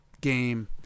game